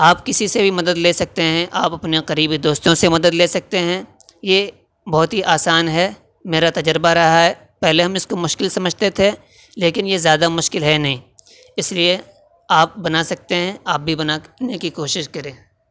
آپ کسی سے بھی مدد لے سکتے ہیں آپ اپنے قریبی دوستوں سے مدد لے سکتے ہیں یہ بہت ہی آسان ہے میرا تجربہ رہا ہے پہلے ہم اس کو مشکل سمجھتے تھے لیکن یہ زیادہ مشکل ہے نہیں اس لیے آپ بنا سکتے ہیں آپ بھی بنا کے نے کی کوشش کرے